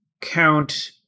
count